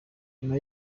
nyuma